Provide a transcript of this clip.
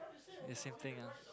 is same thing ah